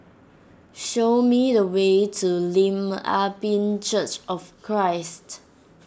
show me the way to Lim Ah Pin Church of Christ